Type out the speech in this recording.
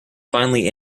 finally